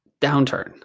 downturn